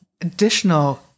additional